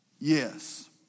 yes